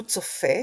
הוא צופה,